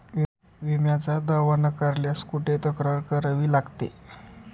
विम्याचा दावा नाकारल्यास कुठे तक्रार करावी लागते?